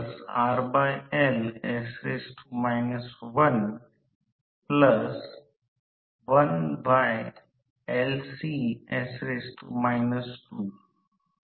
कारण जेव्हा रोटर फिरत असतो तेव्हा वारंवारता प्रेरित emf प्रवाह बदलत असते तसेच प्रतिक्रिय देखील बदलते कारण हे f आहे